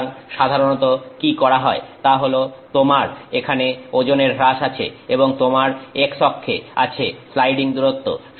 সুতরাং সাধারণত কি করা হয় তাহল তোমার এখানে ওজনের হ্রাস আছে এবং তোমার x অক্ষে আছে স্লাইডিং দূরত্ব